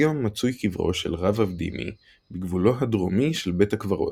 כיום מצוי קברו של רב אבדימי בגבולו הדרומי של בית הקברות,